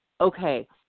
Okay